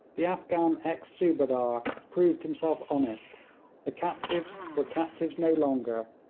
the afghan ex-subadar proved himself honest the captives were captives no longer,